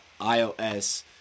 ios